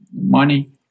money